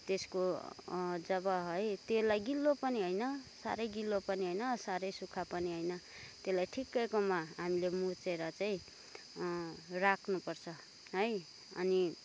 त्यसको जब है त्यसलाई गिलो पनि होइन साह्रै गिलो पनि होइन साह्रै सुक्खा पनि होइन त्यसलाई ठिक्कैकोमा हामीले मुछेर चाहिँ राख्नुपर्छ है अनि